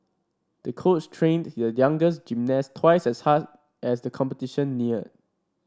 the coach trained the youngest gymnast twice as hard as the competition neared